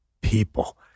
people